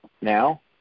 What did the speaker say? Now